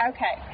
Okay